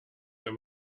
wenn